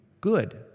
good